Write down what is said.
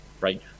right